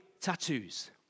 tattoos